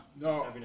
No